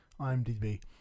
IMDb